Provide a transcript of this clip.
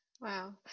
Wow